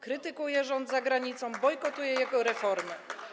krytykuje rząd za granicą, bojkotuje jego reformy.